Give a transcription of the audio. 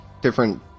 different